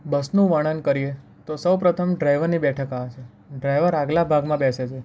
બસનું વર્ણન કરીએ તો સૌપ્રથમ ડ્રાઈવરની બેઠક આવે છે ડ્રાઈવર આગલા ભાગમાં બેસે છે